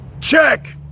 Check